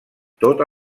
tota